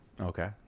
Okay